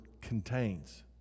contains